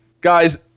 guys